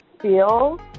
feel